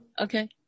Okay